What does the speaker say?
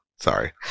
sorry